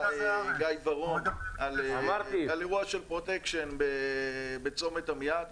גיא ורון על אירוע של פרוטקשן בצומת עמיעד.